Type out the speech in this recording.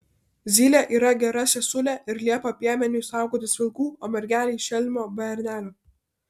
zylė yra gera sesulė ir liepia piemeniui saugotis vilkų o mergelei šelmio bernelio